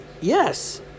Yes